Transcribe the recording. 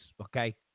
Okay